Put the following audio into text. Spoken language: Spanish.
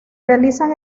realizan